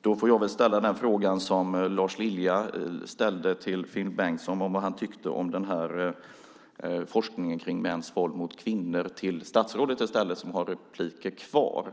Då får jag ställa den fråga som Lars Lilja ställde till Finn Bengtsson, vad han tyckte om forskningen kring mäns våld mot kvinnor, till statsrådet i stället som har inlägg kvar.